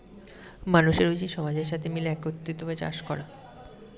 মানুষের উচিত সমাজের সাথে মিলে একত্রিত ভাবে চাষ করা